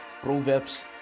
Proverbs